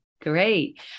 Great